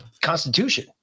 Constitution